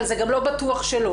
אבל זה גם לא בטוח שלא.